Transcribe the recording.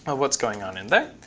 what's going on in there.